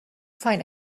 find